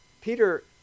Peter